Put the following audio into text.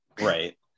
Right